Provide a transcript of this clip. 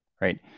right